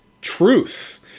truth